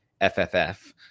FFF